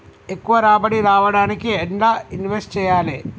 ఎక్కువ రాబడి రావడానికి ఎండ్ల ఇన్వెస్ట్ చేయాలే?